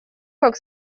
как